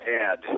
add